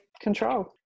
control